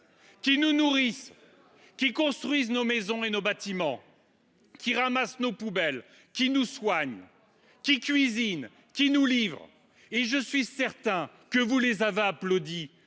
qui nous nourrissent, qui construisent nos bâtiments, qui ramassent nos poubelles, qui nous soignent, qui cuisinent, qui nous livrent, ceux que vous avez applaudis